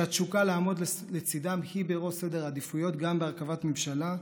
שהתשוקה לעמוד לצידם היא בראש סדר העדיפויות גם בהרכבת ממשלה,